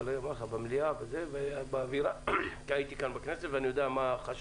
אני מכיר אותו וגם זוכר את ההתרחשויות